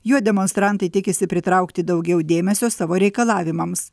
juo demonstrantai tikisi pritraukti daugiau dėmesio savo reikalavimams